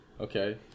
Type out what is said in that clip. Okay